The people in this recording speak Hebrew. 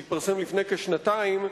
שהתפרסם לפני כשנתיים,